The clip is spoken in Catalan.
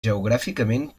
geogràficament